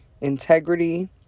integrity